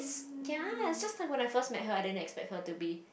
ya it's just that when I first met her I didn't expect her to be